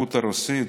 לתרבות הרוסית,